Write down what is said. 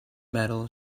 metal